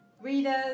Readers